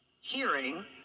hearing